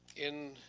in